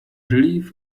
relief